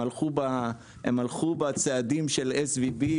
הם הלכו בצעדים של SVB,